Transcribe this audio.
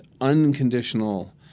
unconditional